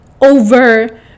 over